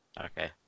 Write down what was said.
Okay